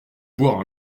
boire